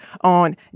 on